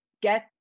get